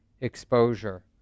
exposure